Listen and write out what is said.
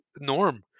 norm